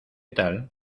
tal